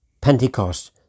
Pentecost